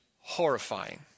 horrifying